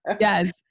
yes